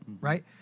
right